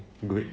okay good